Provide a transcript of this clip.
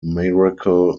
miracle